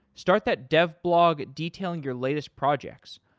start that dev blog, detailing your latest projects.